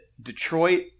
Detroit